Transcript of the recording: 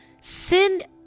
send